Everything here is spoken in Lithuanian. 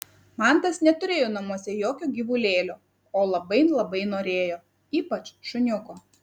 mantas neturėjo namuose jokio gyvulėlio o labai labai norėjo ypač šuniuko